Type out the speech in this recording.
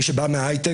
מי שבא מהייטק,